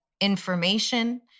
information